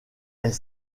est